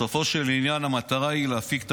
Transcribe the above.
בסופו של עניין המטרה היא להפיק את